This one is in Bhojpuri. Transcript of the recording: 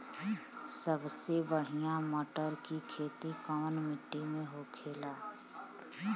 सबसे बढ़ियां मटर की खेती कवन मिट्टी में होखेला?